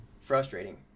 frustrating